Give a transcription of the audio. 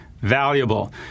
Valuable